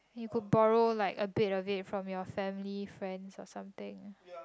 you could borrow like a bit a bit from family friends or something